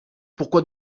pourquoi